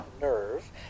nerve